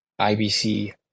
IBC